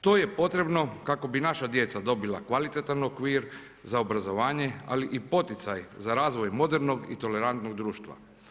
To je potrebno kako bi naša djeca dobila kvalitetan okvir za obrazovanje ali i poticaj za razvoj modernog i tolerantnog društva.